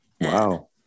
Wow